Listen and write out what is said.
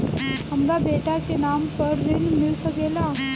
हमरा बेटा के नाम पर ऋण मिल सकेला?